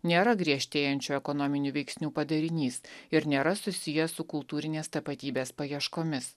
nėra griežtėjančių ekonominių veiksnių padarinys ir nėra susiję su kultūrinės tapatybės paieškomis